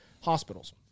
Hospitals